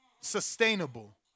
sustainable